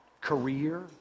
career